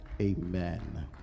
amen